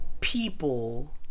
People